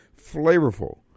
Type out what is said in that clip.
flavorful